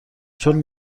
چون